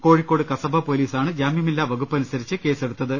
കോഴിക്കോട് കസബ പോലീസാണ് ജാമ്യമില്ലാ വകുപ്പനുസരിച്ച് കേസെടുത്തത്